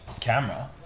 camera